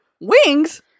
Wings